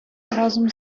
разом